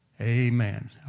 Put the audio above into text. Amen